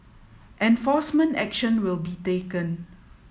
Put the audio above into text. enforcement action will be taken